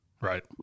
Right